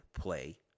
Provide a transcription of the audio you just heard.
play